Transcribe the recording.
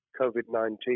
COVID-19